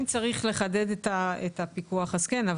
אם צריך לחדד את הפיקוח אז כן.